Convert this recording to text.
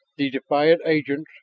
the defiant agents,